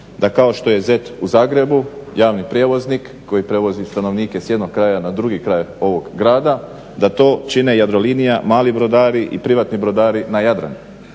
da kao što je ZET u Zagrebu javni prijevoznik koji prevozi stanovnike s jednog kraja na drugi kraj ovog grada da to čine Jadrolinija, mali brodari i privatni brodari na Jadranu,